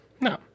No